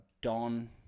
Don